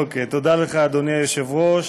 אוקיי, תודה לך, אדוני היושב-ראש.